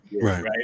right